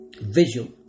visual